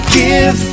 give